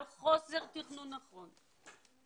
על חוסר תכנון נכון,